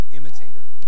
imitator